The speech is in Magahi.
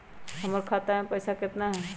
हमर खाता मे पैसा केतना है?